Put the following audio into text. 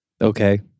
Okay